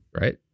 Right